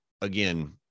again